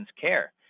care